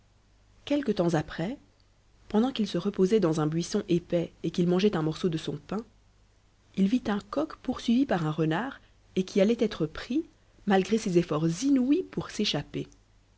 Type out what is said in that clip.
quelque temps après pendant qu'il se reposait dans un buisson épais et qu'il mangeait un morceau de son pain il vit un coq poursuivi par un renard et qui allait être pris malgré ses efforts inouïs pour s'échapper